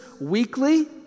weekly